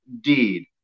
deed